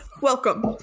Welcome